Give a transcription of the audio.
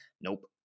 Nope